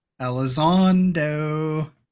Elizondo